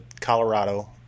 Colorado